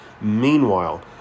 Meanwhile